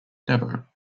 devo